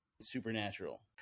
supernatural